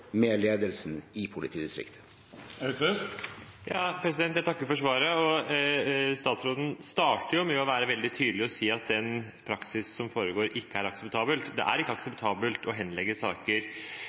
med ledelsen i politidistriktet. Jeg takker for svaret. Statsråden starter med å være veldig tydelig og si at den praksisen som foregår, ikke er akseptabel. Det er ikke